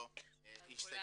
לאותו איש סגל אקדמי.